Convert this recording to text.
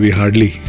hardly